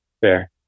Fair